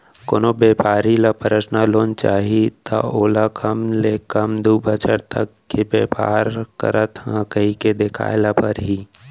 कोनो बेपारी ल परसनल लोन चाही त ओला कम ले कम दू बछर तक के बेपार करत हँव कहिके देखाए ल परही